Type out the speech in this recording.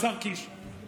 השר קיש,